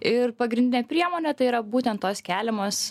ir pagrindinė priemonė tai yra būtent tos keliamos